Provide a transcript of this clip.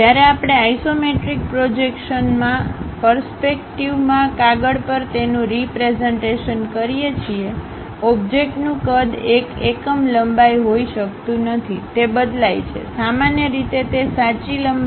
જ્યારે આપણે આઇસોમેટ્રિક પ્રોજેક્શનના પરસ્પેક્ટિવમાં કાગળ પર તેનું રીપ્રેઝન્ટેશન કરીએ છીએ ઓબ્જેક્ટનું કદ એક એકમ લંબાઈ હોઈ શકતું નથી તે બદલાય છે સામાન્ય રીતે તે સાચી લંબાઈના 0